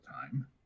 time